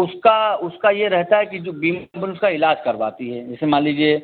उसका उसका ये रहता है कि जो बीमा कम्पनी उसका इलाज करबाती है जैसे मान लीजिए